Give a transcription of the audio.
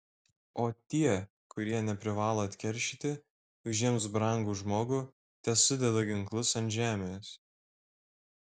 o tie kurie neprivalo atkeršyti už jiems brangų žmogų tesudeda ginklus ant žemės